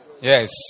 Yes